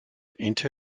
into